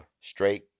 Straight